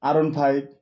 R one five